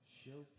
show